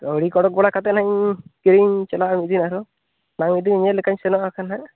ᱠᱟᱹᱣᱰᱤ ᱠᱚ ᱚᱰᱚᱠ ᱵᱟᱲᱟ ᱠᱟᱛᱮ ᱱᱟᱦᱟᱜ ᱤᱧ ᱠᱤᱨᱤᱧ ᱪᱟᱞᱟᱜᱼᱟ ᱢᱤᱫ ᱫᱤᱱ ᱟᱨᱦᱚᱸ ᱢᱤᱫ ᱫᱤᱱ ᱧᱮᱞ ᱞᱮᱠᱟᱧ ᱥᱮᱱᱚᱜᱼᱟ ᱠᱷᱟᱱ ᱦᱟᱸᱜ